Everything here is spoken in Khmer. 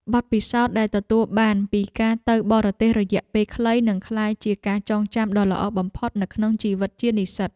បទពិសោធន៍ដែលទទួលបានពីការទៅបរទេសរយៈពេលខ្លីនឹងក្លាយជាការចងចាំដ៏ល្អបំផុតនៅក្នុងជីវិតជានិស្សិត។